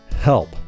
help